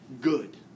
good